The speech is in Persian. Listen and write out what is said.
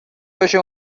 بشه